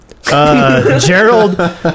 Gerald